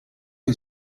che